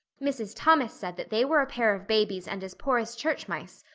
mrs. thomas said that they were a pair of babies and as poor as church mice.